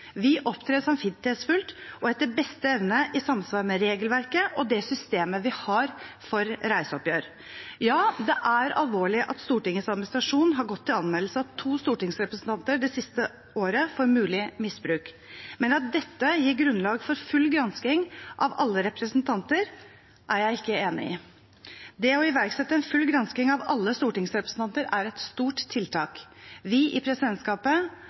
Vi opptrer samvittighetsfullt og etter beste evne i samsvar med regelverket og det systemet vi har for reiseoppgjør. Ja, det er alvorlig at Stortingets administrasjon har gått til anmeldelse av to stortingsrepresentanter det siste året for mulig misbruk, men at dette gir grunnlag for full gransking av alle representanter, er jeg ikke enig i. Det å iverksette en full gransking av alle stortingsrepresentanter er et stort tiltak. Vi i presidentskapet